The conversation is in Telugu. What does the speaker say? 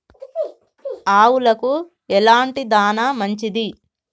ఆవులకు ఎలాంటి దాణా మంచిది?